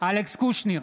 אלכס קושניר,